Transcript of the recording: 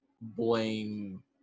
blame